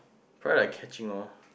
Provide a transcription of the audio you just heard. feel like catching all